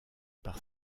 par